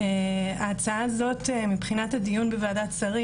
ההצעה הזאת מבחינת הדיון בוועדת שרים,